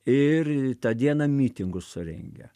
ir tą dieną mitingus surengė